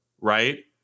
right